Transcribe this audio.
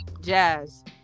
Jazz